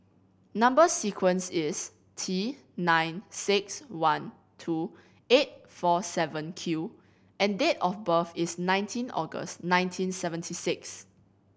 number sequence is T nine six one two eight four seven Q and date of birth is nineteen August nineteen seventy six